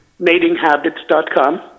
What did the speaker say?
matinghabits.com